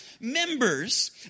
Members